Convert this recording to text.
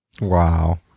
Wow